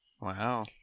Wow